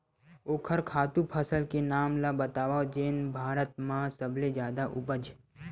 ओखर खातु फसल के नाम ला बतावव जेन भारत मा सबले जादा उपज?